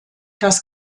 das